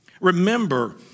Remember